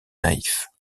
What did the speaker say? naïfs